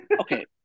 okay